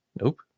nope